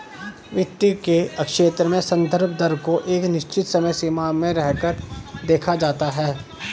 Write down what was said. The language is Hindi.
वित्त के क्षेत्र में संदर्भ दर को एक निश्चित समसीमा में रहकर देखा जाता है